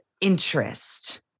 interest